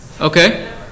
Okay